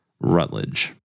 Rutledge